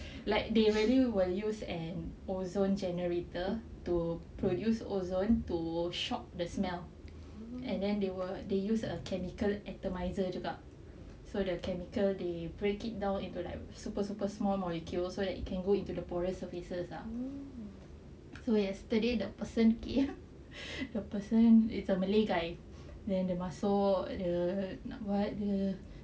like they really will use an ozone generator to produce ozone to shock the smell and then they will they use a chemical atomiser juga so the chemical they break it down into like super super small molecule so that it can go into the porous surfaces ah so yesterday the person came the person it's a malay guy then the masuk the nak buat dia eh